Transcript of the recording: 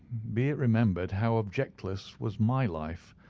be it remembered, how objectless was my life,